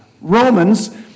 Romans